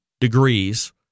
degrees